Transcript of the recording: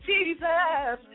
Jesus